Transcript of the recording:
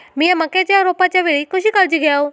मीया मक्याच्या रोपाच्या वेळी कशी काळजी घेव?